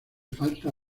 falta